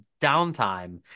downtime